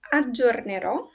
aggiornerò